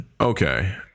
Okay